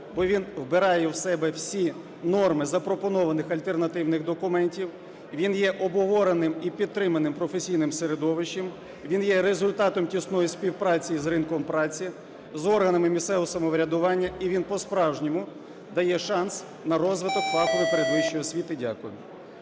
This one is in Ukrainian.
Бо він вбирає в себе всі норми запропонованих альтернативних документів, він є обговореним і підтриманим професійним середовищем, він є результатом тісної співпраці з ринком праці, з органами місцевого самоврядування. І він по-справжньому дає шанс на розвиток фахової передвищої освіти. Дякую.